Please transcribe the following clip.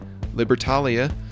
libertalia